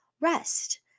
rest